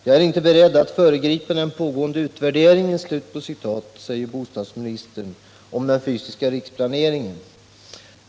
”Jag är inte beredd att nu föregripa den pågående utvärderingen”, säger bostadsministern om den fysiska riksplaneringen.